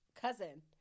Cousin